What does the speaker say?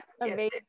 Amazing